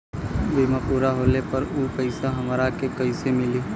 बीमा पूरा होले पर उ पैसा हमरा के कईसे मिली?